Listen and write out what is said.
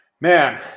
man